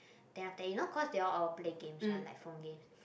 then after that you know cause they all all play games one like phone game